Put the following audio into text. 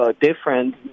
different